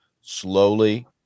slowly